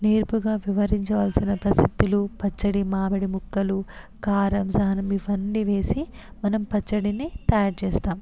నేర్పుగా వ్యవహరించవలసిన ప్రసిద్ధులు పచ్చడి మామిడి ముక్కలు కారం ఇవన్నీ వేసి మనం పచ్చడిని తయారు చేస్తాం